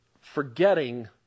forgetting